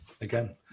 again